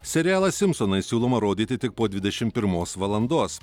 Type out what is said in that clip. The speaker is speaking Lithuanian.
serialą simsonai siūloma rodyti tik po dvidešim pirmos valandos